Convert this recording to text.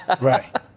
right